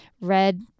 red